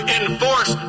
enforce